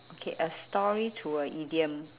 okay a story to a idiom